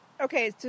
Okay